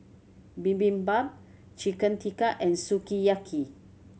Bibimbap Chicken Tikka and Sukiyaki